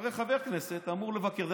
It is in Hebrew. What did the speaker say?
הרי חבר הכנסת אמור לבקר.